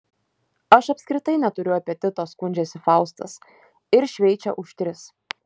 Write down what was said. aš apskritai neturiu apetito skundžiasi faustas ir šveičia už tris